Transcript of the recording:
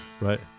right